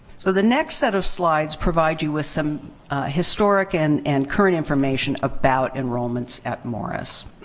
so, the next set of slides provide you with some historic and and current information about enrollments at morris.